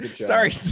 Sorry